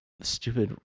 stupid